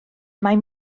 mae